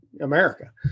America